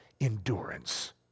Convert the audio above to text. endurance